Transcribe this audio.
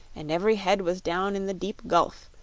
and every head was down in the deep gulf,